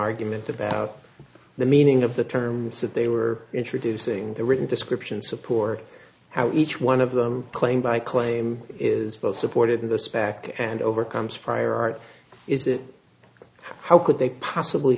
argument about the meaning of the terms that they were introducing the written description support how each one of them claimed by claim is both supported in the spec and overcomes prior art is it how could they possibly